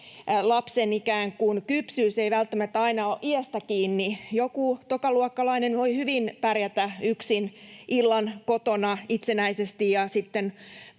kuin kypsyys ei välttämättä aina ole iästä kiinni. Joku tokaluokkalainen voi hyvin pärjätä yksin illan kotona itsenäisesti,